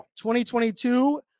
2022